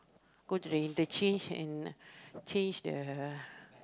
go to the interchange and change the